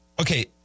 Okay